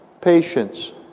patience